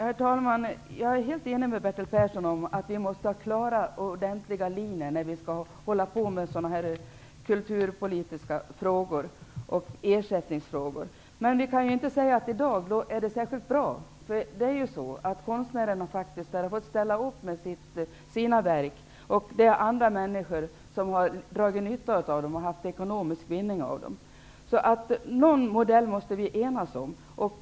Herr talman! Jag är helt överens med Bertil Persson om att vi måste ha klara linjer när vi skall hålla på med dessa kulturpolitiska ersättningsfrågor. Men vi kan inte säga att det är särskilt bra som det är i dag. Konstnärerna har fått ställa upp med sina verk. Andra människor har dragit nytta av dem och gjort ekonomisk vinning. Vi måste enas om en modell.